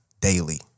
daily